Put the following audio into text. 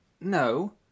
No